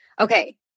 okay